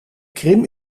krim